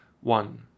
one